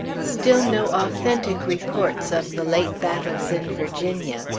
still no authentic reports of the late battles in virginia.